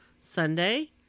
Sunday